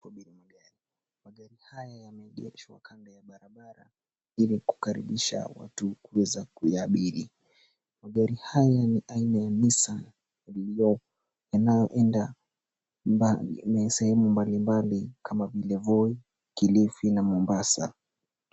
Kobi ni magari, magari haya yameegeshwa kando ya barabara ili kukaribisha watu kuweza kuyaabiri. Magari haya ni aina ya Nissan lililo yanayoenda mbali sehemu mbalimbali kama vile Voi, Kilifi, na Mombasa.